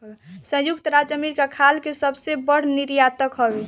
संयुक्त राज्य अमेरिका खाल के सबसे बड़ निर्यातक हवे